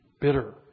bitter